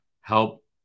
help